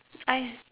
I